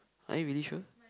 are you really sure